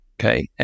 okay